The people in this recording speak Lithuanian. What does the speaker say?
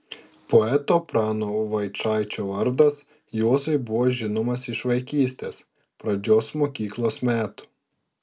poeto prano vaičaičio vardas juozui buvo žinomas iš vaikystės pradžios mokyklos metų